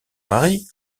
mari